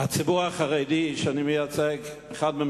הציבור החרדי, שאני אחד ממייצגיו,